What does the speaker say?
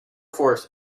force